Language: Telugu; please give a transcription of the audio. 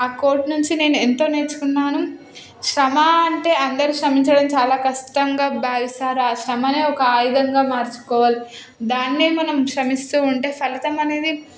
ఆ కోట్ నుంచి నేను ఎంతో నేర్చుకున్నాను శ్రమ అంటే అందరు శ్రమించడం చాలా కష్టంగా భావిస్తారు ఆ శ్రమనే ఒక ఆయుధంగా మార్చుకోవాలి దాన్నే మనం శ్రమిస్తూ ఉంటే ఫలితం అనేది